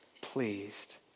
pleased